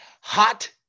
hot